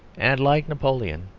and, like napoleon,